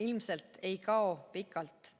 ilmselt ei kao pikalt.